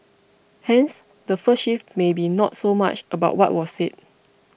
hence the first shift may be not so much about what was said